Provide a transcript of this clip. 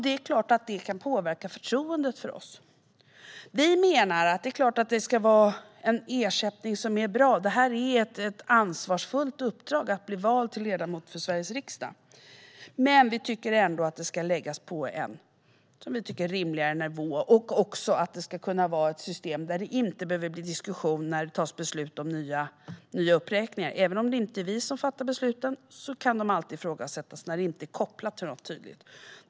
Det är klart att det kan påverka förtroendet för oss. Det är klart att ersättningen ska vara bra. Det är ett ansvarsfullt uppdrag att bli vald till ledamot i Sveriges riksdag. Men vi tycker ändå att arvodet ska läggas på en rimligare nivå och att vi ska kunna ha ett system där det inte behöver bli diskussioner eller fattas beslut om nya uppräkningar. Även om det inte är vi som fattar besluten kan de alltid ifrågasättas när de inte är kopplade till något tydligt.